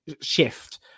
shift